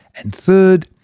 and third,